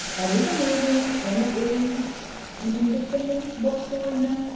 that is amazing and it is an independent bookstore you know.